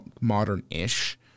modern-ish